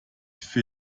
für